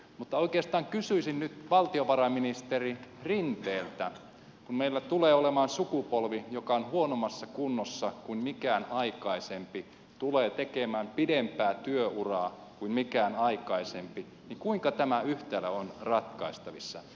mutta oikeastaan kysyisin nyt valtiovarainministeri rinteeltä kun meillä tulee olemaan sukupolvi joka on huonommassa kunnossa kuin mikään aikaisempi tulee tekemään pidempää työuraa kuin mikään aikaisempi kuinka tämä yhtälö on ratkaistavissa